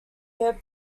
third